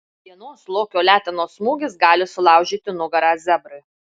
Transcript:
vienos lokio letenos smūgis gali sulaužyti nugarą zebrui